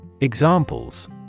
Examples